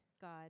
God